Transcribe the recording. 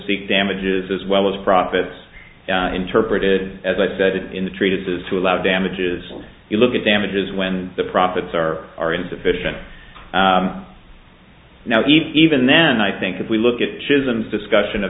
seek damages as well as profits interpreted as i said in the treated this to allow damages you look at damages when the profits are are insufficient now even then i think if we look at chisholm discussion of